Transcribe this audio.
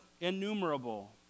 innumerable